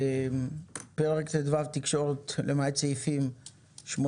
פרק ט"ו תקשורת למעט סעיפים 80,